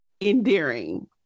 endearing